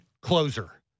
closer